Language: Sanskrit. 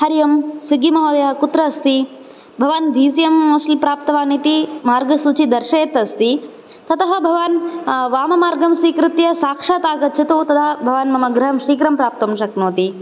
हरि ओम् स्विग्गि महोदय कुत्र अस्ति भवान् बी सि एम् मूसीं प्राप्तवान् इति मार्गसूची दर्शयत् अस्ति तत भवान् वाममार्गं स्वीकृत्य साक्षात् आगच्छतु तदा भवान् मम गृहं शीघ्रं प्राप्तुं शक्नोति